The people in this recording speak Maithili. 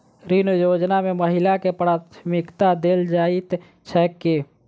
ऋण योजना मे महिलाकेँ प्राथमिकता देल जाइत छैक की?